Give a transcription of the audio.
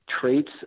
traits